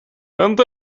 and